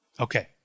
Okay